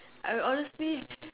I honestly